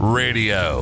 radio